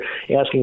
asking